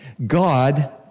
God